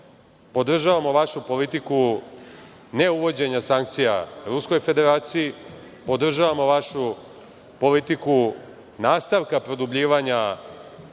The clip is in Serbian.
podržavamo vašu politiku neuvođenja sankcija Ruskoj Federaciji, podržavamo vašu politiku nastavka produbljivanja